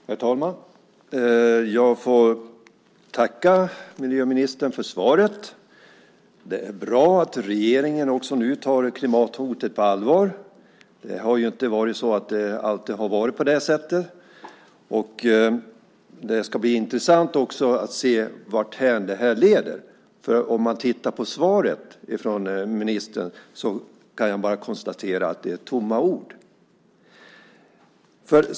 Herr talman! Jag får tacka miljöministern för svaret. Det är bra att regeringen nu tar klimathotet på allvar. Det har inte alltid varit på det sättet. Det ska också bli intressant att se varthän det leder. När jag tittar på svaret från ministern kan jag bara konstatera att det är tomma ord.